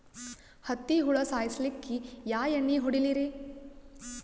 ಹತ್ತಿ ಹುಳ ಸಾಯ್ಸಲ್ಲಿಕ್ಕಿ ಯಾ ಎಣ್ಣಿ ಹೊಡಿಲಿರಿ?